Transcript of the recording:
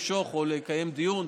למשוך או לקיים דיון,